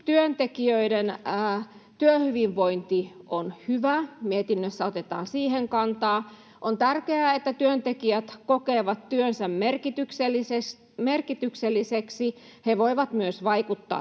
työntekijöiden työhyvinvointi on hyvä, mietinnössä otetaan siihen kantaa. On tärkeää, että työntekijät kokevat työnsä merkitykselliseksi, he voivat myös vaikuttaa